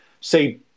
say